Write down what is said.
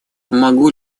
могу